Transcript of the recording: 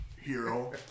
hero